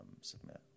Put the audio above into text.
submit